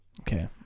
Okay